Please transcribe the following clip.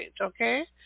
okay